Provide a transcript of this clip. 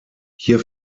hier